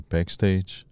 Backstage